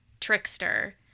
trickster